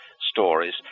stories